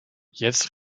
jetzt